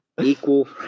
Equal